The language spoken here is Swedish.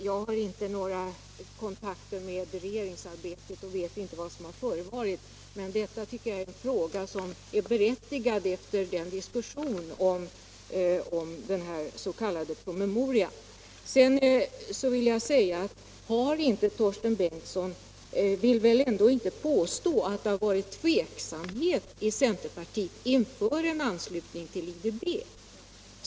Jag har inte några kontakter med regeringsarbetet och vet inte vad som förevarit, men detta tycker jag är en fråga som är berättigad efter diskussionen om den här s.k. promemorian. Sedan vill jag säga: Torsten Bengtson vill väl inte påstå att det funnits tveksamhet i centerpartiet inför anslutningen till IDB?